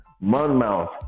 Monmouth